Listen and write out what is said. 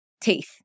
teeth